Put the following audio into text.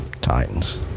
Titans